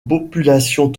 population